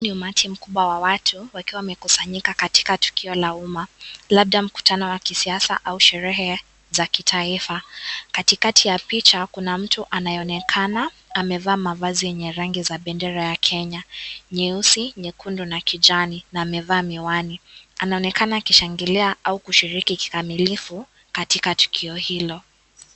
Ni umati mkubwa wa watu wakiwa wamekusanyika katika tukio la umma labda mkutano wa kisiasa au sherehe za kitaifa. Katikati ya picha kuna mtu anayeonekana amevaa mavazi yenye rangi za bendera ya Kenya ,nyeusi, nyekundu, na kijani na ameevaa miwani. Anaonekana akishagilia au kushiriki kikamilivu katika tukio hilo.